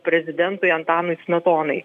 prezidentui antanui smetonai